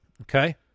Okay